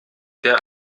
der